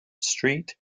street